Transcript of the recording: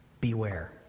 Beware